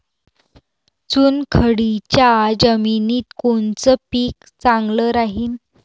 चुनखडीच्या जमिनीत कोनचं पीक चांगलं राहीन?